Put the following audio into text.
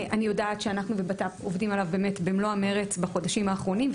אני יודעת שאנחנו ובט"פ עובדים עליו במלוא המרץ בחודשים האחרונים,